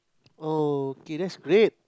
oh okay that's great